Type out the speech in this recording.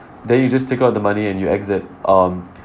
then you just take out the money and you exit um